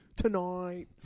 tonight